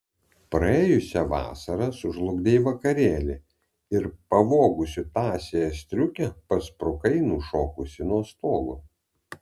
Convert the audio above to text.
praėjusią vasarą sužlugdei vakarėlį ir pavogusi tąsiąją striukę pasprukai nušokusi nuo stogo